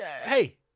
hey